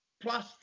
plus